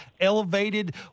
elevated